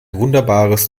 wunderbares